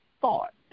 thought